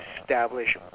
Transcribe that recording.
establish